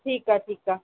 ठीकु आहे ठीकु आहे